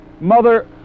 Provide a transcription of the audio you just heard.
Mother